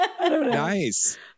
Nice